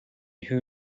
who